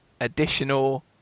additional